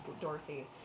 Dorothy